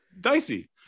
dicey